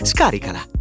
Scaricala